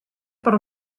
per